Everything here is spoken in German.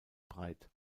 breit